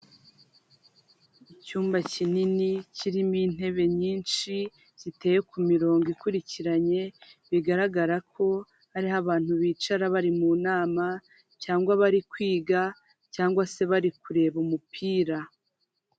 Icyumba kinini kirimo intebe nyinshi ziteye ku mirongo ikurikiranye, bigaragara ko ariho abantu bicara bari mu nama cyangwa bari kwiga cyangwa se bari kureba umupira.